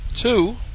two